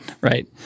Right